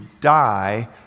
die